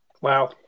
Wow